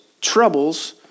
troubles